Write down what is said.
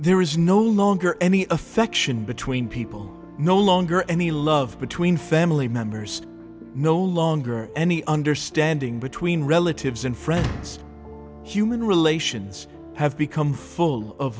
there is no longer any affection between people no longer any love between family members no longer any understanding between relatives and friends human relations have become full of